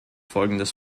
folgendes